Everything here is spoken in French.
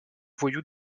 voyou